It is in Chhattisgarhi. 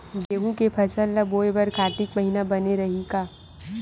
गेहूं के फसल ल बोय बर कातिक महिना बने रहि का?